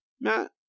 Matt